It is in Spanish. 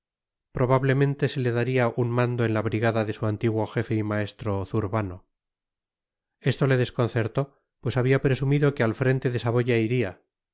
probablemente se le daría un mando en la brigada de su antiguo jefe y maestro zurbano esto le desconcertó pues había presumido que al frente de saboya iría